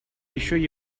еще